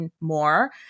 more